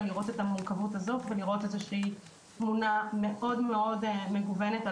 לראות את המורכבות הזו ולראות תמונה מאוד מגוונת.